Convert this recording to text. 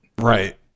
Right